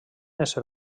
ésser